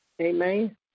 Amen